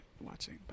watching